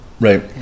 Right